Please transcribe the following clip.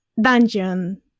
dungeon